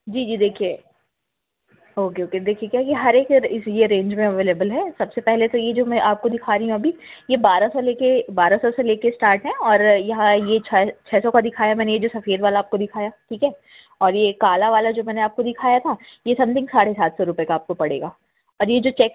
जी जी देखिए okay okay देखिए क्या यह हर एक यह इस रेंज में अवेलेबल है सबसे पहले तो यह मैं जो आपको दिखा रही हूँ अभी यह बाहर से बारह सौ से लेकर स्टार्ट हैं और यहाँ यह छः छः सौ का दिखाया मैंने यह जो सफ़ेद वाला आपको दिखाया ठीक है और यह काला वाला जो यह मैंने आपको दिखाया था यह समथिंग साढ़े सात सौ रूपये का आपको पड़ेगा और यह जो चेक